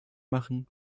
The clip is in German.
machen